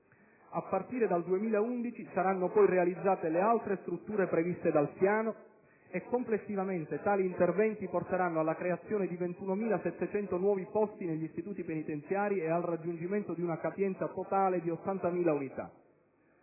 A partire dal 2011, poi, saranno realizzate le altre strutture previste dal Piano. Complessivamente, tali interventi porteranno alla creazione di 21.709 nuovi posti negli istituti penitenziari e al raggiungimento di una capienza totale di 80.000 unità.